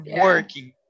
working